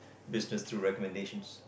business through recommendations